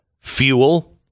fuel